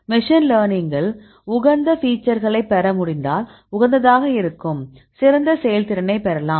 machine லேர்னிங்கில் உகந்த ஃபீச்சர்களை பெற முடிந்தால் உகந்ததாக இருக்கும் சிறந்த செயல்திறனைப் பெறலாம்